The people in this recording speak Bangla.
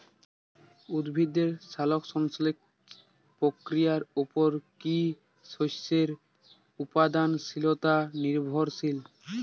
উদ্ভিদের সালোক সংশ্লেষ প্রক্রিয়ার উপর কী শস্যের উৎপাদনশীলতা নির্ভরশীল?